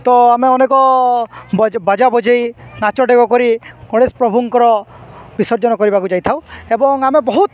ତ ଆମେ ଅନେକ ବାଜା ବଜାଇ ନାଚଟେଗ କରି ଗଣେଶ ପ୍ରଭୁଙ୍କର ବିସର୍ଜନ କରିବାକୁ ଯାଇଥାଉ ଏବଂ ଆମେ ବହୁତ